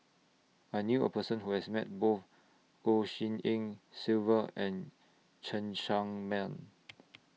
I knew A Person Who has Met Both Goh Tshin En Sylvia and Cheng Tsang Man